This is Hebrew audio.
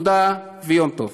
תודה ויום טוב.